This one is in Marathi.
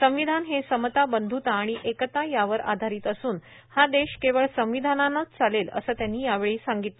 संविधान हे समता बंध्ता व एकता यावर आधारित असून हा देश केवळ संविधानानेच चालेल असे त्यांनी यावेळी सांगितलं